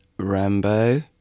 Rambo